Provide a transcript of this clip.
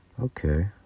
Okay